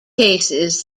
cases